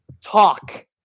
talk